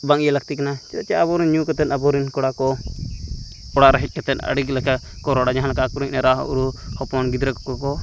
ᱵᱟᱝ ᱤᱭᱟᱹ ᱞᱟᱹᱠᱛᱤ ᱠᱟᱱᱟ ᱪᱮᱫᱟᱜ ᱪᱮ ᱟᱵᱚᱨᱮᱱ ᱧᱩ ᱠᱟᱛᱮᱫ ᱟᱵᱚᱨᱮᱱ ᱠᱚᱲᱟ ᱠᱚ ᱚᱲᱟᱜ ᱨᱮ ᱦᱮᱡ ᱠᱟᱛᱮᱫ ᱟᱹᱰᱤ ᱞᱮᱠᱟ ᱠᱚ ᱨᱚᱲᱟ ᱡᱟᱦᱟᱸ ᱞᱮᱠᱟ ᱟᱠᱚᱨᱮᱱ ᱮᱨᱟ ᱩᱨᱩ ᱦᱚᱯᱚᱱ ᱜᱤᱫᱽᱨᱟᱹ ᱠᱚᱠᱚ